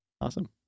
Awesome